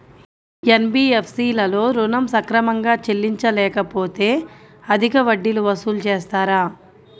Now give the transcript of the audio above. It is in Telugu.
ఎన్.బీ.ఎఫ్.సి లలో ఋణం సక్రమంగా చెల్లించలేకపోతె అధిక వడ్డీలు వసూలు చేస్తారా?